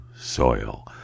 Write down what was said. soil